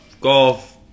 Golf